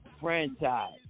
franchise